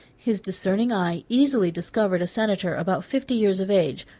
his discerning eye easily discovered a senator about fifty years of age,